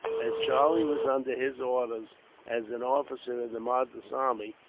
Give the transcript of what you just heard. as charlie was under his orders as an officer in the madras army,